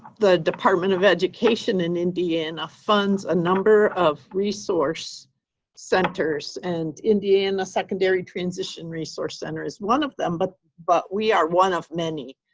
the department of education in indiana and funds a number of resource centers, and indiana secondary transition resource center is one of them, but but we are one of many.